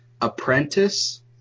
apprentice